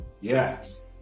yes